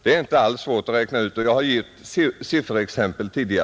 Det är inte svårt att räkna ut, och jag har tidigare givit sifferexempel på detta.